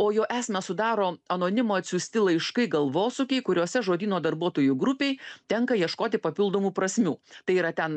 o jo esmę sudaro anonimo atsiųsti laiškai galvosūkiai kuriuose žodyno darbuotojų grupei tenka ieškoti papildomų prasmių tai yra ten